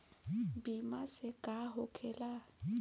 बीमा से का होखेला?